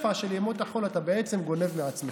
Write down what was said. מהשפע של ימות החול, אתה בעצם גונב מעצמך.